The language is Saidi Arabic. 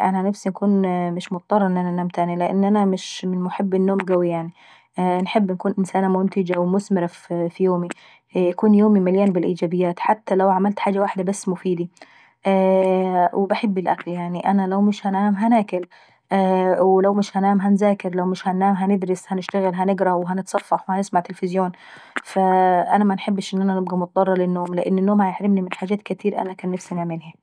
انا نفسي نكون مش مصطرة ان انا ننام تاني. لأن انا مش من محبي النوم قوي. وانا نحب ان انا نكون منتجة ومثمرة في يومي، يكون يومي مليان بالايجابيات حتى لو عملت حاجة واحدة بس مفيدي، وباحب الاكل يعني، انا لو مش هننام هانكل، ول مش هننام هنذاكر ولو مش هننام هندرس، نتصفح، نسمع تليفزيون. فانا منحبش انكون مضطرة للنوم لأن النوم بيحرمني من حاجات كاتير كان نفسي نعملهي.